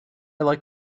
like